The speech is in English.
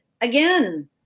again